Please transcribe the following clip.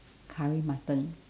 curry mutton